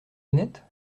lunettes